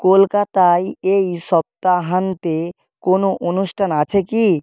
কলকাতায় এই সপ্তাহান্তে কোনো অনুষ্ঠান আছে কি